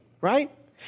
right